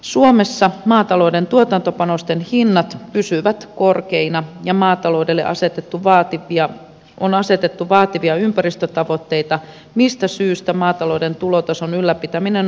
suomessa maatalouden tuotantopanosten hinnat pysyvät korkeina ja maataloudelle on asetettu vaativia ympäristötavoitteita mistä syystä maatalouden tulotason ylläpitäminen on vaikeaa